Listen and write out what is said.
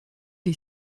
est